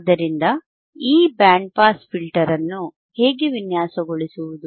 ಆದ್ದರಿಂದ ಈ band pass filter ಅನ್ನು ಹೇಗೆ ವಿನ್ಯಾಸಗೊಳಿಸುವುದು